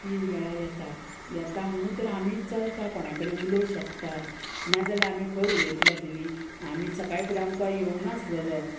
तीन वेळा येता येता म्हणू तर आमी चलता कोणा कडेन उलोवं शकता नाजाल्यार आमी खंय उलयतली आसलेली आमी सकाळी फुडें आमकां येवंक नासलेलो